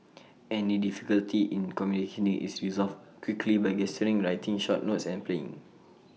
any difficulty in communicating is resolved quickly by gesturing writing short notes and playing